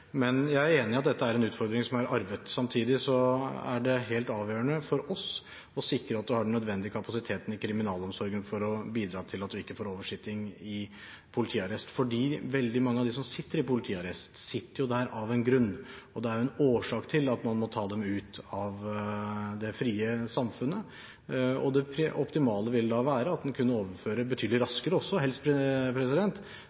Men jeg er enig i at dette er en utfordring som er arvet. Samtidig er det helt avgjørende for oss å sikre at en har den nødvendige kapasiteten i kriminalomsorgen for å bidra til at vi ikke får oversitting i politiarrest. Veldig mange av dem som sitter i politiarrest, sitter der av en grunn, og det er en årsak til at man må ta dem ut av det frie samfunnet. Det optimale ville da være at en også kunne overføre betydelig